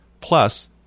Plus